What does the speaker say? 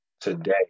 today